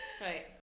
right